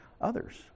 others